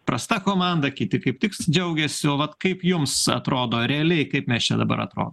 prasta komanda kiti kaip tik džiaugėsi o vat kaip jums atrodo realiai kaip mes čia dabar atrodo